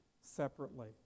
separately